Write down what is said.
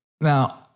Now